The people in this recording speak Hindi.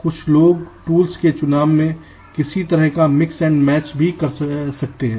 कुछ लोग टूल्स के चुनाव में किसी तरह का मिक्स एंड मैच भी करते हैं